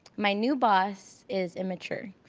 my new boss is immature.